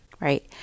right